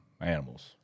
animals